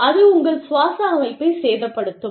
அது உங்கள் சுவாச அமைப்பைச் சேதப்படுத்தும்